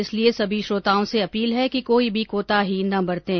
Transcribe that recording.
इसलिए सभी श्रोताओं से अपील है कि कोई भी कोताही न बरतें